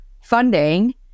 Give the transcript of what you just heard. funding